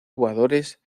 jugadores